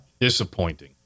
Disappointing